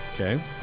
Okay